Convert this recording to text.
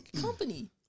Company